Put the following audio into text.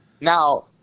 Now